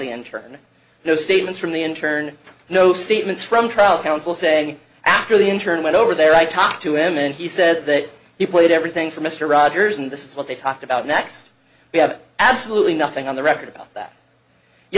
the internet no statements from the interne no statements from trial counsel saying after the intern went over there i talked to him and he said that he played everything for mr rogers and this is what they talked about next we have absolutely nothing on the record about that y